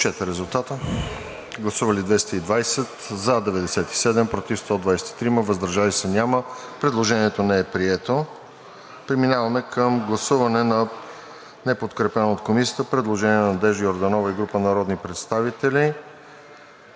Предложението не е прието.